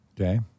Okay